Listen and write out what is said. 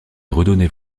redonner